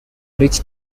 rich